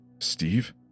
Steve